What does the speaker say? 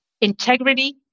integrity